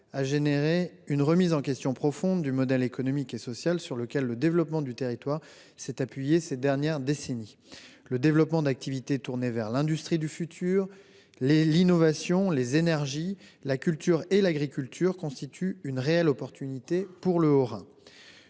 a conduit à une remise en question profonde du modèle économique et social sur lequel le développement du territoire s'est appuyé ces dernières décennies. Le développement d'activités tournées vers l'industrie du futur, l'innovation, les énergies, la culture et l'agriculture constitue une réelle opportunité pour le Haut-Rhin.